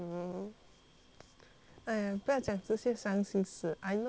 !aiya! 不要讲这些伤心事 I know what to talk about